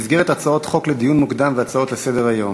במסגרת הצעות חוק לדיון מוקדם והצעות לסדר-היום.